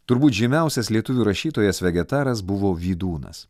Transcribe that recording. turbūt žymiausias lietuvių rašytojas vegetaras buvo vydūnas